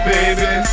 Baby